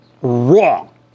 Wrong